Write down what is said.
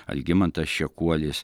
algimantas čekuolis